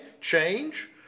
change